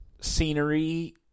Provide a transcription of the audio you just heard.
scenery